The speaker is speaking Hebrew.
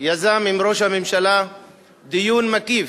יזם עם ראש הממשלה דיון מקיף,